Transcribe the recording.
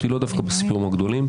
אגב, גם הפיטורים.